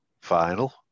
Final